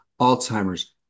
Alzheimer's